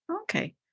Okay